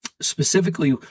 Specifically